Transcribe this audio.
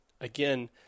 again